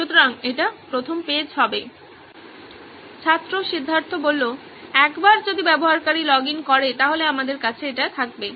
সুতরাং এটি প্রথম পেজ হবে ছাত্র সিদ্ধার্থ একবার যদি ব্যবহারকারী লগ ইন করে তাহলে আমাদের কাছে এটি থাকবে